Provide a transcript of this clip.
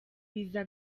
biza